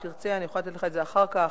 אם תרצה אני אוכל לתת לך אחר כך.